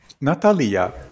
natalia